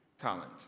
talent